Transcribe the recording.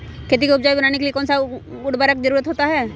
खेती को उपजाऊ बनाने के लिए कौन कौन सा उर्वरक जरुरत होता हैं?